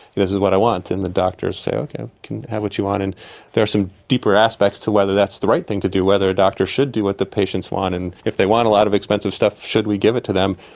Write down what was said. this is what i want and the doctors say, okay, you can have what you want. and there are some deeper aspects to whether that's the right thing to do, whether a doctor should do what the patients want, and if they want a lot of expensive stuff should we give it to them?